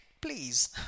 Please